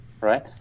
right